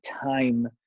time